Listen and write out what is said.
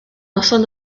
noson